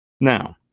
Now